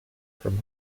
from